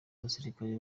abasirikare